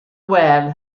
well